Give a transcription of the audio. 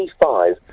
25